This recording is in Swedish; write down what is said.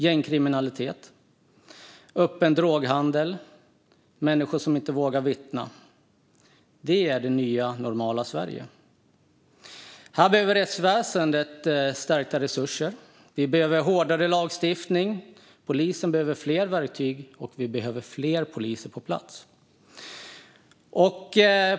Gängkriminalitet, öppen droghandel och människor som inte vågar vittna är det nya normala Sverige. Här behöver rättsväsendet stärkta resurser, vi behöver hårdare lagstiftning, polisen behöver fler verktyg och vi behöver fler poliser på plats.